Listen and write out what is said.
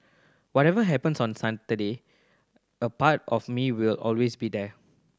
whatever happens on Saturday a part of me will always be there